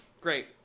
Great